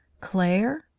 claire